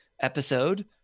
episode